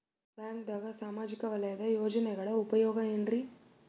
ಬ್ಯಾಂಕ್ದಾಗ ಸಾಮಾಜಿಕ ವಲಯದ ಯೋಜನೆಗಳ ಉಪಯೋಗ ಏನ್ರೀ?